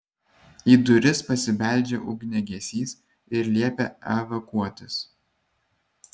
į duris pasibeldžia ugniagesys ir liepia evakuotis